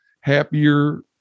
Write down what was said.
happier